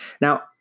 Now